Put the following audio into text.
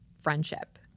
friendship